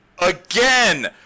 again